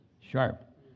sharp